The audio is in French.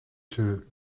que